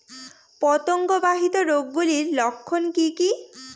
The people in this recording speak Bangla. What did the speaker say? পতঙ্গ বাহিত রোগ গুলির লক্ষণ কি কি?